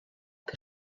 que